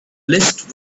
list